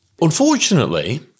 Unfortunately